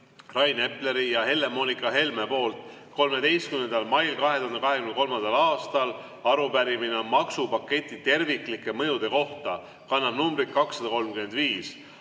Rain Epler ja Helle-Moonika Helme 13. mail 2023, arupärimine on maksupaketi terviklike mõjude kohta ja kannab numbrit 235.